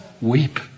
weep